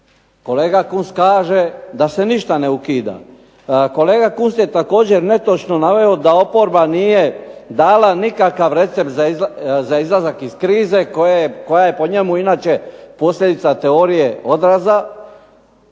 Kolega Kunst kaže da se ništa ne ukida. Kolega Kunst je također netočno naveo da oporba nije dala nikakav recept za izlazak iz krize koja je po njemu inače teorija posljedice odraza